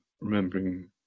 remembering